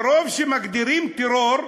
מרוב שמגדירים טרור,